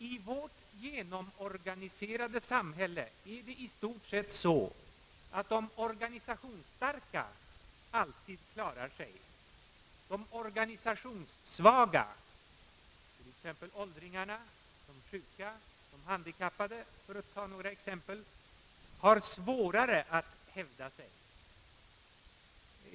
I vårt genomorganiserade samhälle är det i stort sett så, att de organisationsstarka alltid klarar sig. De organisationssvaga, t.ex. åldringarna, de sjuka, de handikappade, har svårare att hävda sig.